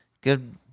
Good